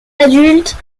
adulte